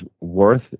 worth